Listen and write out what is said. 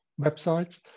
websites